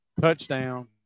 touchdown